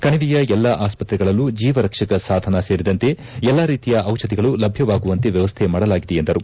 ಕಣಿವೆಯ ಎಲ್ಲಾ ಆಸ್ಪತ್ರೆಗಳಲ್ಲೂ ಜೀವರಕ್ಷಕ ಸಾಧನ ಸೇರಿದಂತೆ ಎಲ್ಲಾ ರೀತಿಯ ಚಿಷಧಿಗಳು ಲಭ್ಞವಾಗುವಂತೆ ವ್ಯವಸ್ಥೆ ಮಾಡಲಾಗಿದೆ ಎಂದರು